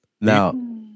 now